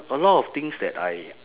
a lot of things that I